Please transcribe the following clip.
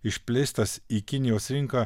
išplėstas į kinijos rinką